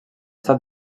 estat